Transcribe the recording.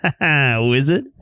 Wizard